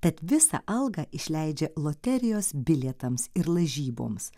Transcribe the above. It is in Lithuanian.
tad visą algą išleidžia loterijos bilietams ir lažyboms